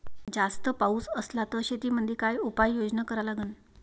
जास्त पाऊस असला त शेतीमंदी काय उपाययोजना करा लागन?